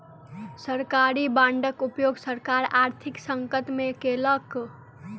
सरकारी बांडक उपयोग सरकार आर्थिक संकट में केलक